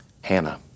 Hannah